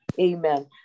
Amen